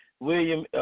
William